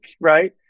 right